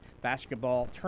Basketball